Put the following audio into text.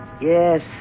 Yes